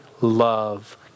love